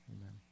Amen